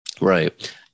Right